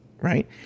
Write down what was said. Right